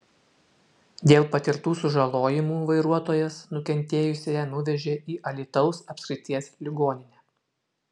dėl patirtų sužalojimų vairuotojas nukentėjusiąją nuvežė į alytaus apskrities ligoninę